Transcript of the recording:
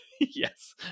Yes